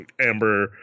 Amber